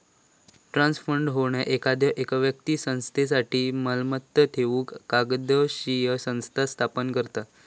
trust fund ह्यो एखाद्यो व्यक्तीक संस्थेसाठी मालमत्ता ठेवूक कायदोशीर संस्था स्थापन करता